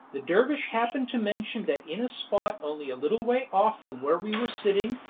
the dervish happened to mention that in a spot only a little way off from where we were sitting,